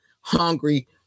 hungry